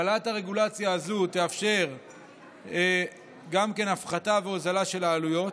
הקלת הרגולציה הזו תאפשר גם כן הפחתה והוזלה של העלויות.